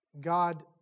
God